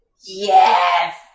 Yes